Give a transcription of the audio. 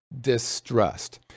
distrust